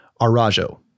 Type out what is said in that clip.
Arajo